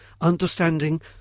understanding